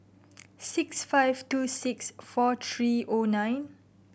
six five two six four three zero nine